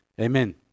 Amen